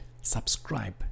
subscribe